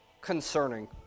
concerning